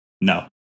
No